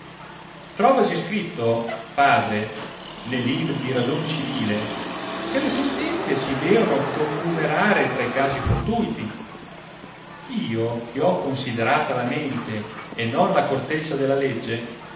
ti'ovasi scritto padre ne libri di ragion civile che le sentenzie si deono connumerare tra i casi fortuiti io che ho considerata la mente e non la corteccia della legge